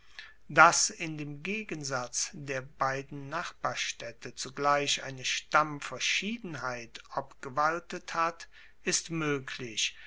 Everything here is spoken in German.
dass in dem gegensatz der beiden nachbarstaedte zugleich eine stammverschiedenheit obgewaltet hat ist moeglich